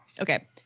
Okay